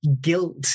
guilt